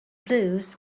blues